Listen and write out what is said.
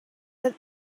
that